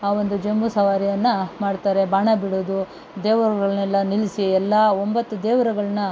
ಆ ಒಂದು ಜಂಬೂ ಸವಾರಿಯನ್ನು ಮಾಡ್ತಾರೆ ಬಾಣ ಬಿಡೋದು ದೇವರುಗಳನೆಲ್ಲ ನಿಲ್ಲಿಸಿ ಎಲ್ಲ ಒಂಬತ್ತು ದೇವರುಗಳನ್ನ